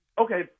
Okay